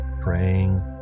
praying